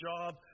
job